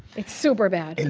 it's super bad.